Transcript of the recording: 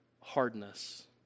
hardness